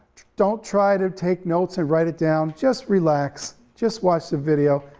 don't try to take notes and write it down. just relax, just watch the video,